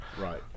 Right